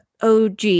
OG